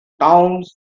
towns